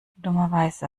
dummerweise